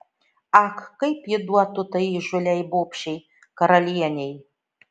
ak kaip ji duotų tai įžūliai bobšei karalienei